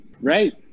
right